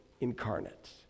incarnate